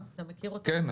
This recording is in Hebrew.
כן,